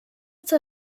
zur